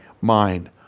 mind